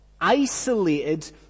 isolated